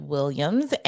Williams